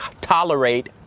tolerate